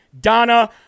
Donna